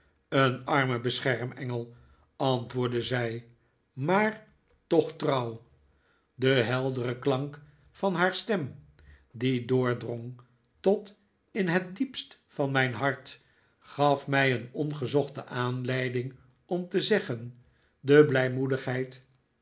een arme beschermengel antwoordde zij maar toch trouw de heldere klank van haar stem die doordrong tot in het diepst van mijn hart gaf mij een ongezochte aanleiding om te zeggen de